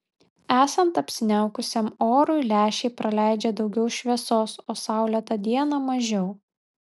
esant apsiniaukusiam orui lęšiai praleidžia daugiau šviesos o saulėtą dieną mažiau